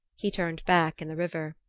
he turned back in the river.